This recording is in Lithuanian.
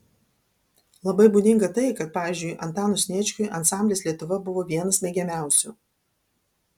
labai būdinga tai kad pavyzdžiui antanui sniečkui ansamblis lietuva buvo vienas mėgiamiausių